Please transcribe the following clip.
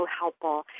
helpful